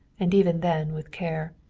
and even then with care.